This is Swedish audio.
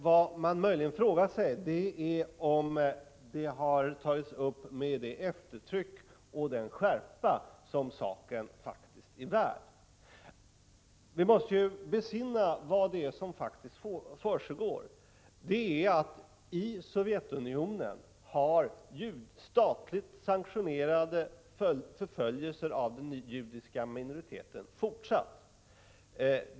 Vad man möjligen kan fråga sig är om denna fråga har tagits upp med det eftertryck och den skärpa som den faktiskt är värd. Vi måste besinna vad det är som faktiskt försiggår, nämligen att de statligt sanktionerade förföljelserna av den judiska minoriteten i Sovjetunionen har fortsatt.